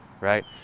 right